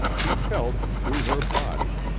he felt, through her body,